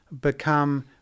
become